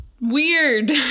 Weird